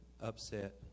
upset